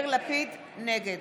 נגד